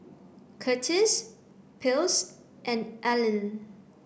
Curtis Ples and Allyn